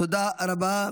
תודה רבה.